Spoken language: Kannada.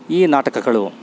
ಈ ನಾಟಕಗಳು